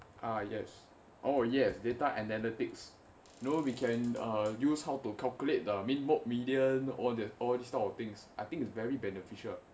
ah yes oh yes data analytics know we can use how to calculate the mean mode median all that all this kind of things I think is very beneficial